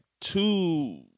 two